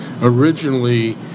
originally